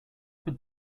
would